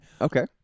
Okay